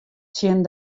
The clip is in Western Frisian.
tsjin